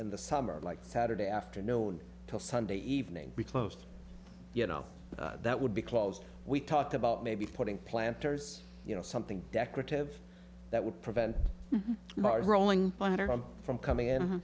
and the summer like saturday afternoon till sunday evening we closed you know that would be closed we talked about maybe putting planters you know something decorative that would prevent rolling from coming in